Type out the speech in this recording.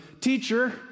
Teacher